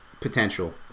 potential